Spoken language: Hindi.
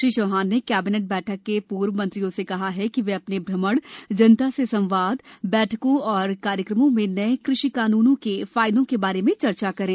श्री चौहान ने कैबिनेट बैठक के पूर्व मंत्रियों से कहा कि वे अपने भ्रमण जनता से संवाद बैठकों और कार्यक्रमों में नये कृषि कानूनों के फायदों के बारे में चर्चा करें